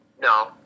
No